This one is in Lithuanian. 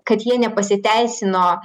kad jie nepasiteisino